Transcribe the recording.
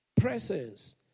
Presence